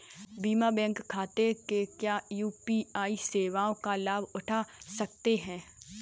बिना बैंक खाते के क्या यू.पी.आई सेवाओं का लाभ उठा सकते हैं?